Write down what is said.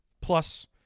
plus